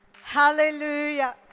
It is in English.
Hallelujah